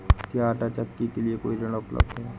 क्या आंटा चक्की के लिए कोई ऋण उपलब्ध है?